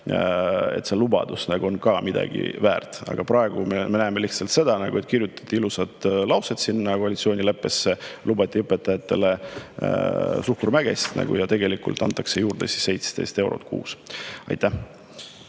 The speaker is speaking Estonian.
sisse kirjutatud, on ka midagi väärt. Aga praegu me näeme lihtsalt seda, et kirjutati ilusad laused sinna koalitsioonileppesse, lubati õpetajatele suhkrumägesid, aga tegelikult antakse juurde 17 eurot kuus. Aitäh!